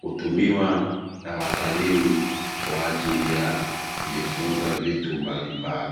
hutumiwa na watalii kwa ajili ya kujifunza vitu mbalimbali.